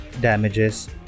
damages